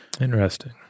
Interesting